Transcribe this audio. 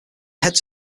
heads